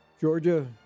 Georgia